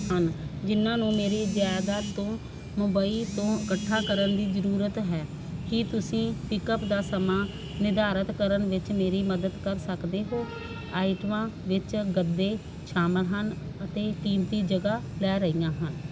ਹਨ ਜਿਹਨਾਂ ਨੂੰ ਮੇਰੇ ਜਾਇਦਾਦ ਤੋਂ ਮੁੰਬਈ ਤੋਂ ਇਕੱਠਾ ਕਰਨ ਦੀ ਜ਼ਰੂਰਤ ਹੈ ਕੀ ਤੁਸੀਂ ਪਿਕਅਪ ਦਾ ਸਮਾਂ ਨਿਧਾਰਤ ਕਰਨ ਵਿੱਚ ਮੇਰੀ ਮਦਦ ਕਰ ਸਕਦੇ ਹੋ ਆਈਟਮਾਂ ਵਿੱਚ ਗੱਦੇ ਸ਼ਾਮਿਲ ਹਨ ਅਤੇ ਕੀਮਤੀ ਜਗ੍ਹਾ ਲੈ ਰਹੀਆਂ ਹਨ